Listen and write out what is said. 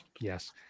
Yes